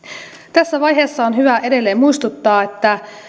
tässä vaiheessa on hyvä edelleen muistuttaa että